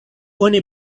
oni